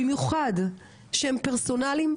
במיוחד שהם פרסונליים,